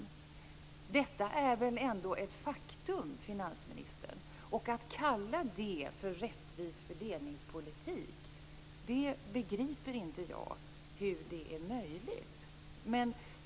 Detta är väl ändå ett faktum, finansministern? Jag begriper inte hur det är möjligt att kalla detta en rättvis fördelningspolitik.